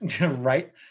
right